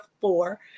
four